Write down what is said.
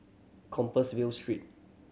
Compassvale Street